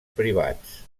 privats